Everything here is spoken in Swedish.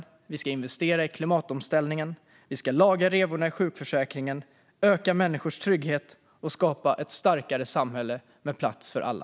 Vi ska investera i klimatomställningen. Vi ska laga revorna i sjukförsäkringen, öka människors trygghet och skapa ett starkare samhälle med plats för alla.